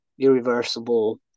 irreversible